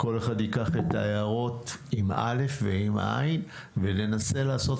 כל אחד ייקח את ההערות עם אל"ף ועם עי"ן וננסה לעשות